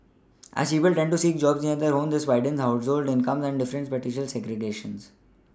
as people tend to seek jobs near their homes this widens household income differences and spatial segregation